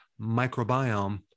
microbiome